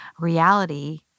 reality –